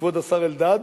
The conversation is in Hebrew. כבוד השר אלדד,